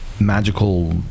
magical